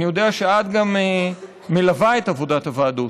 אני יודע שאת מלווה גם את עבודת הוועדות.